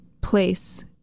place